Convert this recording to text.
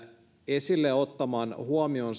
esille ottaman huomion